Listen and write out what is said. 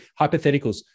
hypotheticals